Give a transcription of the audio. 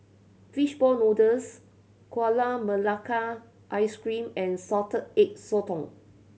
fishball noodles Gula Melaka Ice Cream and Salted Egg Sotong